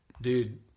dude